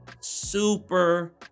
super